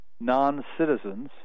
non-citizens